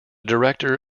director